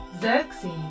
Xerxes